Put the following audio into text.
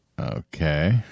Okay